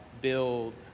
build